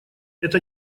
это